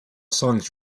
songs